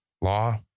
Law